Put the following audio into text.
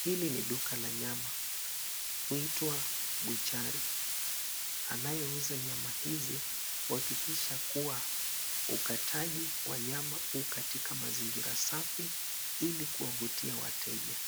Hili ni duka la nyama. Huitwa buchari. Anayeuza nyama hizi huhakikisha kuwa ukataji wa nyama u katika mazingira safi ili kuvutia wateja.